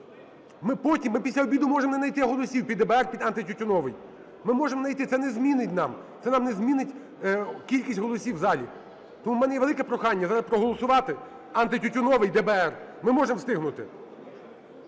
Ми потім, ми після обіду можемо не найти голосів під ДБР, під антитютюновий. Ми можемо не найти, це не змінить нам, це нам не змінить кількість голосів в залі. Тому у мене є велике прохання зараз проголосувати антитютюновий, ДБР, ми можемо встигнути.